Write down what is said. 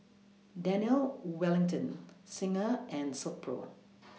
Daniel Wellington Singha and Silkpro